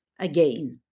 again